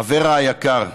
אברה היקר,